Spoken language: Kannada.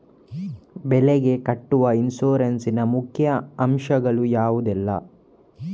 ಬೆಳೆಗೆ ಕಟ್ಟುವ ಇನ್ಸೂರೆನ್ಸ್ ನ ಮುಖ್ಯ ಅಂಶ ಗಳು ಯಾವುದೆಲ್ಲ?